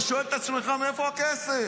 אתה שואל את עצמך: מאיפה הכסף?